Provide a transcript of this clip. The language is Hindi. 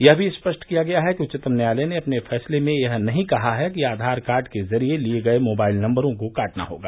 यह भी स्पष्ट किया गया है कि उच्चतम न्यायालय ने अपने फैसले में यह नहीं कहा है कि आधार कार्ड के जरिए लिए गए मोबाइल नम्बरों को काटना होगा